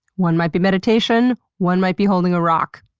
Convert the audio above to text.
one might be meditation, one might be holding a rock.